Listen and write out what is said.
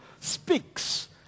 speaks